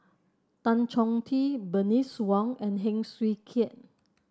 Tan Chong Tee Bernice Wong and Heng Swee Keat